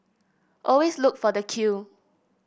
always look for the queue